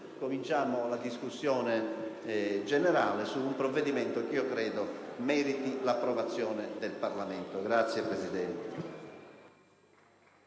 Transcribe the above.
cominciamo la discussione generale su un provvedimento che io credo meriti l'approvazione del Parlamento. *(Applausi